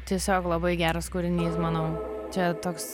tiesiog labai geras kūrinys manau čia toks